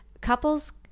couples